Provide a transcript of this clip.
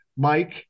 Mike